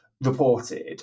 reported